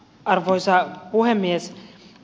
arvoisa puhemies